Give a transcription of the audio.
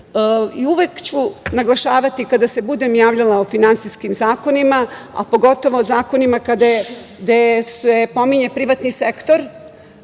ću naglašavati kada se budem javljala o finansijskim zakonima, pogotovo o zakonima gde se pominje privatni sektora,